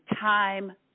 time